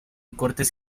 cortes